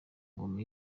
ngoma